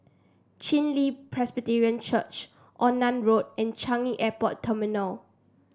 Chen Li Presbyterian Church Onan Road and Changi Airport Terminal